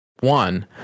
One